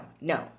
no